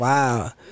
Wow